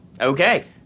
Okay